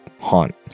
Haunt